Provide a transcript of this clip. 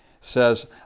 says